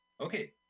okay